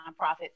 nonprofit